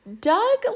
Doug